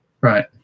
Right